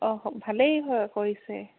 অঁ ভালেই হয় কৰিছে